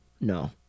No